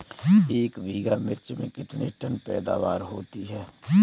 एक बीघा मिर्च में कितने टन पैदावार होती है?